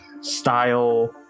style